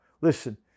Listen